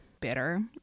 bitter